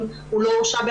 ממשלתי.